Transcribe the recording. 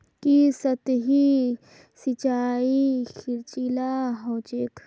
की सतही सिंचाई खर्चीला ह छेक